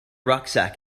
rucksack